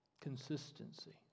Consistency